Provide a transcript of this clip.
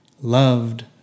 loved